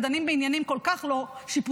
ודנים בעניינים כל כך לא שיפוטיים,